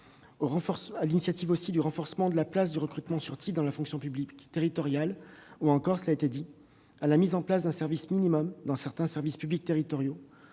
professionnelle, du renforcement de la place du recrutement sur titre dans la fonction publique territoriale. Je pense aussi à la mise en place d'un service minimum dans certains services publics territoriaux,